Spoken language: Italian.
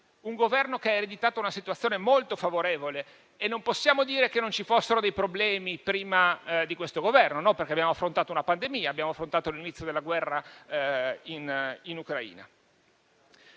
Governo ha ereditato una situazione molto favorevole. E non possiamo certo dire che non ci fossero problemi prima di questo Governo, perché noi abbiamo affrontato una pandemia e l'inizio della guerra in Ucraina.